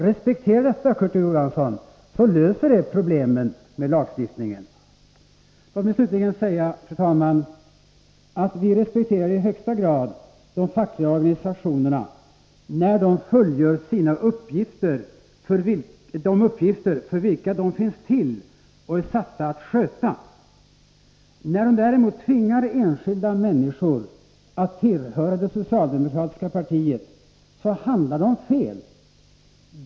Respektera detta, Kurt Ove Johansson, så löser det problemen med lagstiftning! Låt mig, fru talman, slutligen säga att vi i högsta grad respekterar de fackliga organisationerna när de fullgör de uppgifter för vilka de finns till och som de är satta att sköta. När de däremot tvingar enskilda människor att tillhöra det socialdemokratiska partiet handlar de fel.